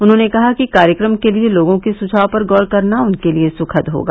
उन्होंने कहा कि कार्यक्रम के लिए लोगों के सुझाव पर गौर करना उनके लिए सुखद होगा